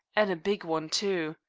and a big one too.